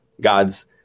God's